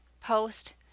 post